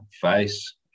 face